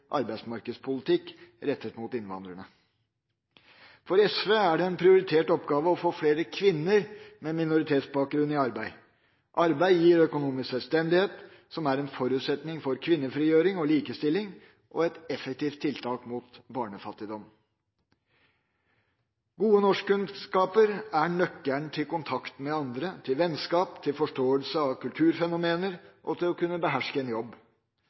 arbeidsmarkedspolitikk rettet mot innvandrerne. For SV er det en prioritert oppgave å få flere kvinner med minoritetsbakgrunn i arbeid. Arbeid gir økonomisk selvstendighet, som er en forutsetning for kvinnefrigjøring og likestilling, og er et effektivt tiltak mot barnefattigdom. Gode norskkunnskaper er nøkkelen til kontakt med andre, til vennskap, til forståelse av kulturfenomener og til å kunne beherske en jobb.